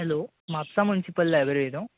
hello Mapusa municipal library न्हू